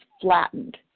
flattened